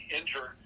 injured